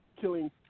killing